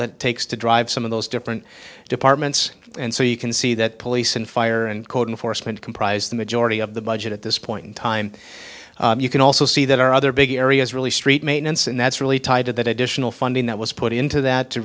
that takes to drive some of those different departments and so you can see that police and fire and code enforcement comprise the majority of the budget at this point in time you can also see that our other big areas really street maintenance and that's really tied to that additional funding that was put into that to